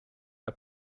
are